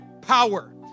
power